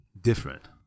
different